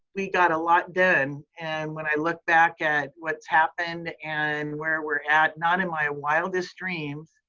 we got a lot done. and when i look back at what's happened and where we're at, not in my wildest dreams,